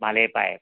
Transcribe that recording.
ভালেই পায়